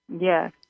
Yes